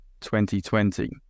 2020